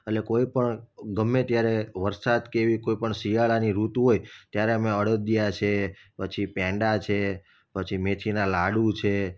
એટલે કોઈ પણ ગમે ત્યારે વરસાદ કે એવી કોઈ પણ શિયાળાની ઋતુ હોય ત્યારે અમે અળદિયા છે પછી પેંડા છે પછી મેથીના લાડું છે